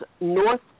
North